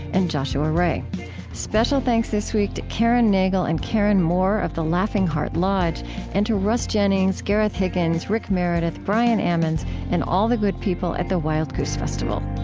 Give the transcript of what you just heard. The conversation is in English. and joshua rae special thanks this week to karen nagle and karen moore of the laughing heart lodge and to russ jennings, gareth higgins, rick meredith, brian ammons and all the good people at the wild goose festival